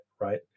right